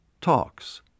Talks